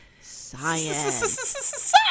science